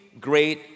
great